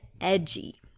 edgy